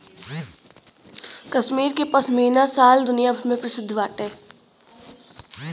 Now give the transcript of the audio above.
कश्मीर के पश्मीना शाल दुनिया भर में प्रसिद्ध बाटे